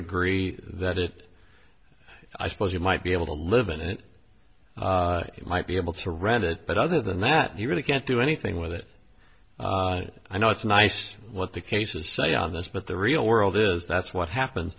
agree that it i suppose you might be able to live in it it might be able to rent it but other than that you really can't do anything with it i know it's nice what the cases say on this but the real world is that's what happened